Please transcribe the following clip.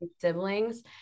siblings